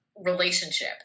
relationship